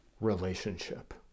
relationship